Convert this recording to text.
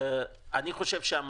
לדעתי,